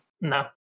no